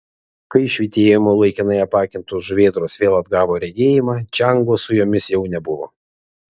kai švytėjimo laikinai apakintos žuvėdros vėl atgavo regėjimą čiango su jomis jau nebuvo